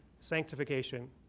sanctification